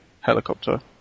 helicopter